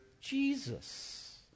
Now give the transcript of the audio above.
Jesus